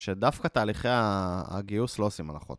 שדווקא תהליכי הגיוס לא עושים הלכות.